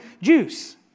juice